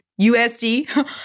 USD